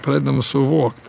pradedam suvokt